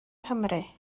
nghymru